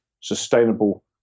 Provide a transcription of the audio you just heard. sustainable